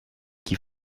qui